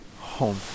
Home